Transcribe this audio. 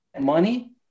money